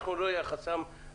אנחנו לא נהיה החסם העיקרי.